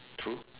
true